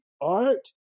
art